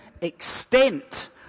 extent